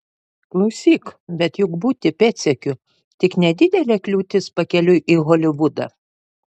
klausyk bet juk būti pėdsekiu tik nedidelė kliūtis pakeliui į holivudą